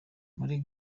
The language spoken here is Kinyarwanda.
muri